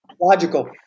Logical